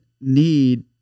need